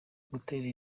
gutera